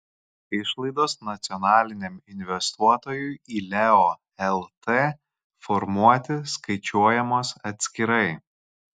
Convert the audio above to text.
išlaidos nacionaliniam investuotojui į leo lt formuoti skaičiuojamos atskirai